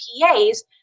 PAs